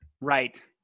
Right